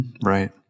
Right